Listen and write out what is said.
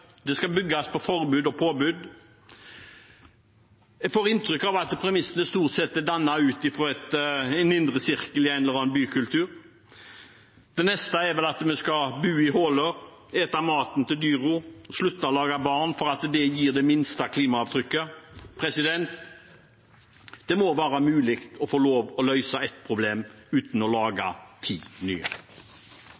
det skal bygges på forbud og påbud. Jeg får inntrykk av at premissene stort sett er dannet i en mindre sirkel i en eller annen bykultur. Det neste er vel at vi skal bo i huler, spise maten til dyrene og slutte å lage barn, fordi det gir det minste klimaavtrykket. Det må være mulig å få lov å løse ett problem uten å lage